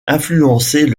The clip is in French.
influencer